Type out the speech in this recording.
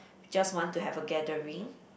just want to have a gathering